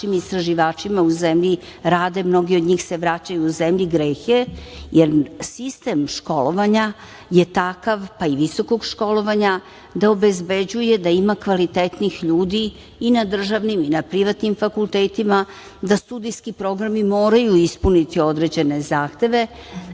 istraživačima u zemlji rade, mnogi od njih se vraćaju u zemlju, greh je, jer sistem školovanja je takav, pa i visokog školovanja, da obezbeđuje da ima kvalitetnih ljudi i na državnim i na privatnim fakultetima, da studijski programi moraju ispuniti određene zahteve,